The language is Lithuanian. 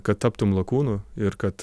kad taptum lakūnu ir kad